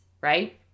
right